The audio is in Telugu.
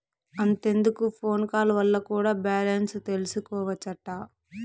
అంతెందుకు ఫోన్ కాల్ వల్ల కూడా బాలెన్స్ తెల్సికోవచ్చట